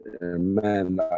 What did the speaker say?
man